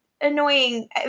annoying